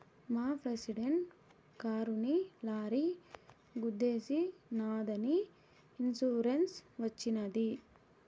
మా ప్రెసిడెంట్ కారుని లారీ గుద్దేశినాదని ఇన్సూరెన్స్ వచ్చినది